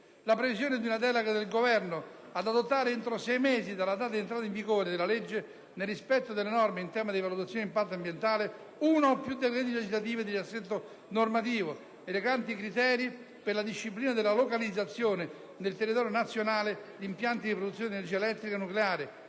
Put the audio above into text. la previsione di una delega al Governo ad adottare, entro sei mesi dalla data di entrata in vigore della legge, nel rispetto delle norme in tema di valutazione di impatto ambientale, uno o più decreti legislativi di riassetto normativo, recanti criteri per la disciplina della localizzazione nel territorio nazionale di impianti di produzione di energia elettrica nucleare,